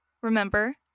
Remember